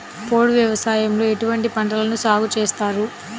పోడు వ్యవసాయంలో ఎటువంటి పంటలను సాగుచేస్తారు?